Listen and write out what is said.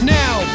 now